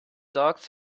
dogs